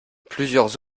plusieurs